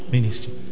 Ministry